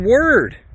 word